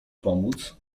pomóc